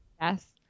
Yes